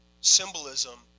symbolism